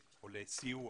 או לסיוע,